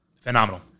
Phenomenal